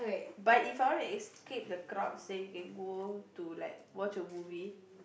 but if all right is escape the crowd so you can go to like watch a movie